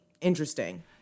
interesting